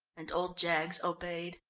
and old jaggs obeyed.